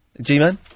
G-Man